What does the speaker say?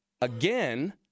again